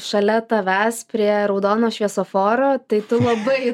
šalia tavęs prie raudono šviesoforo tai tu labai